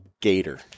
Gator